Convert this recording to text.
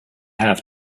have